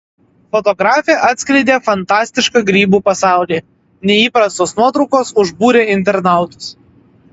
fotografė atskleidė fantastišką grybų pasaulį neįprastos nuotraukos užbūrė internautus